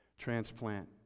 Transplant